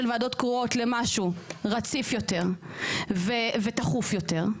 ועדות קרואות למשהו רציף יותר ותכוף יותר.